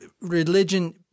Religion